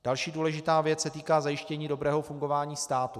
Další důležitá věc se týká zajištění dobrého fungování státu.